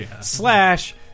Slash